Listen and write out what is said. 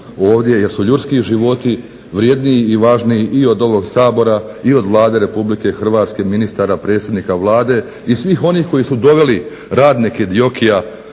jer su ljudski životi vrjedniji i važniji i od ovog Sabora i od Vlade RH, ministara, predsjednika Vlade i svih onih koji su doveli radnike DIOKI-a